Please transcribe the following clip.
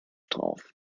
drauf